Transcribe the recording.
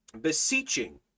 beseeching